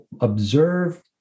observe